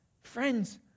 Friends